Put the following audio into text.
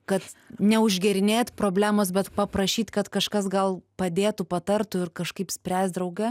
kad neužgerinėt problemos bet paprašyt kad kažkas gal padėtų patartų ir kažkaip spręst drauge